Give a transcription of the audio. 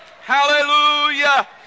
hallelujah